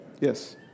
Yes